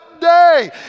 day